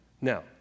Now